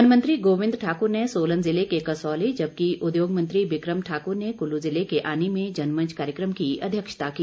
one मंत्री गोविंद ठाकुर ने सोलन ज़िले के कसौली जबकि उद्योग मंत्री बिक्रम ठाक्र ने क्ल्लू ज़िले के आनी में जनमंच कार्यक्रम की अध्यक्षता की